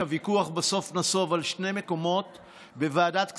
הוויכוח בסוף נסב על שני מקומות בוועדת כספים,